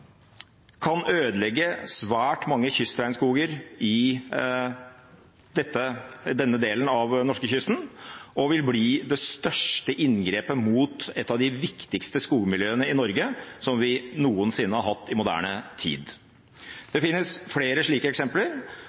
kan ødelegge svært mange kystregnskoger i denne delen av norskekysten og vil bli det største inngrepet mot et av de viktigste skogmiljøene i Norge som vi noensinne har hatt i moderne tid. Det finnes flere slike eksempler.